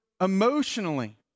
emotionally